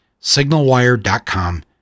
SignalWire.com